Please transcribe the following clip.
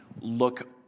look